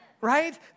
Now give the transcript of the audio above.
right